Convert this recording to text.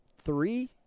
three